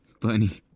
Bunny